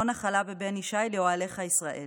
נַחֲלָ֣ה בְּבֶן יִשַי לְאֹהָלֶיך ישראל".